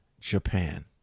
Japan